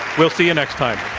we'll see you next time.